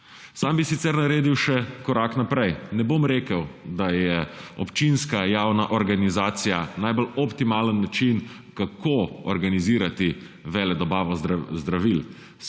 Sam bi sicer naredil še korak naprej. Ne bom rekel, da je občinska javna organizacija najbolj optimalen način, kako organizirati veledobavo zdravil.